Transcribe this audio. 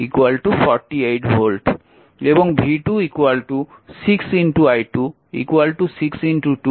এবং v2 6 i2 6 2 কারণ i2 2 ampere